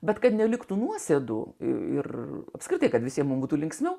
bet kad neliktų nuosėdų ir apskritai kad visiems būtų linksmiau